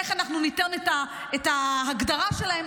איך אנחנו ניתן את ההגדרה שלהם.